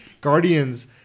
Guardians